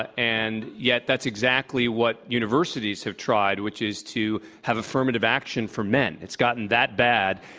ah and yet that's exactly what universities have tried, which is to have affirmative action for men. it's gotten that bad.